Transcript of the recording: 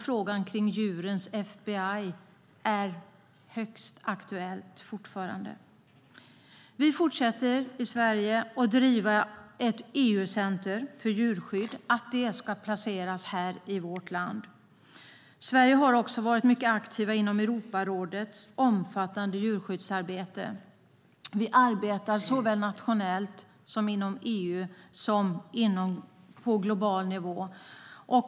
Frågan kring djurens FBI är fortfarande högst aktuell. Vi i Sverige fortsätter att driva att ett EU-center för djurskydd ska placeras i vårt land. Sverige har också varit mycket aktivt inom Europarådets omfattande djurskyddsarbete. Vi arbetar nationellt, inom EU och på global nivå.